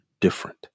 different